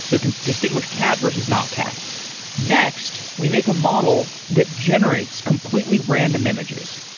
so it can distinguish cat versus not cat next, we make a model that generates completely random images,